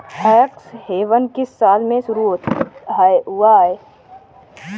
Tax haven किस साल में शुरू हुआ है?